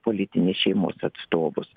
politinės šeimos atstovus